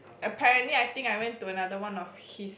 apparently I think I went to another one of his